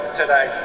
today